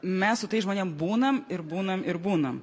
mes su tais žmonėm būnam ir būnam ir būnam